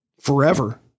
forever